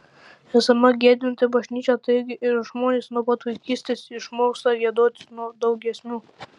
esame giedanti bažnyčia taigi ir žmonės nuo pat vaikystės išmoksta giedoti daug giesmių